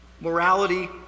morality